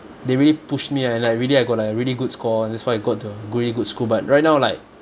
they really pushed me leh like really I got like really good score that's why I got the goody good school but right now like